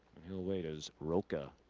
no way is rocca